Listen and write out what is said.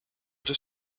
deux